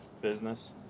business